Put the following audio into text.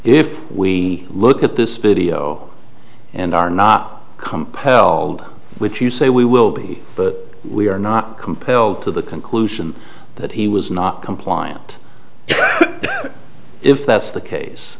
f we look at this video and are not compelled which you say we will be but we are not compelled to the conclusion that he was not compliant if that's the case